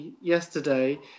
yesterday